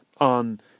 on